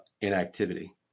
inactivity